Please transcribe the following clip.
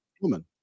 woman